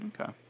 Okay